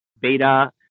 beta